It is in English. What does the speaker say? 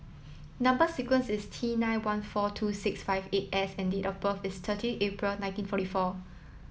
number sequence is T nine one four two six five eight S and date of birth is thirty April nineteen forty four